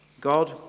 God